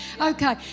Okay